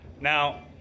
Now